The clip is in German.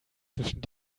zwischen